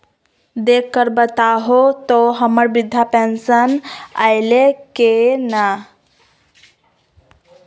देख कर बताहो तो, हम्मर बृद्धा पेंसन आयले है की नय?